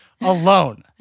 alone